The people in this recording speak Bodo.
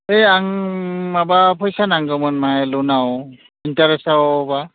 बे आं माबा फैसा नांगोमोन मा ल'नआव इन्ट्रेस्टआवबा